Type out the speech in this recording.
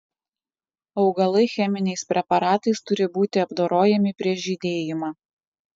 augalai cheminiais preparatais turi būti apdorojami prieš žydėjimą